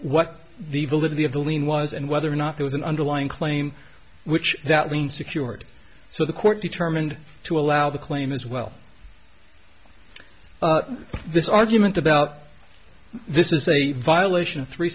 what the validity of the lien was and whether or not there was an underlying claim which that means secured so the court determined to allow the claim as well this argument about this is a violation of three